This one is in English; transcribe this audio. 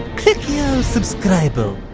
clickio subscribo!